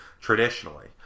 traditionally